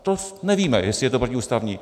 To nevíme, jestli je to protiústavní.